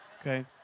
Okay